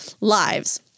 lives